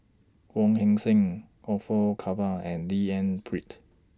Wong Heck Sing Orfeur Cavenagh and D N Pritt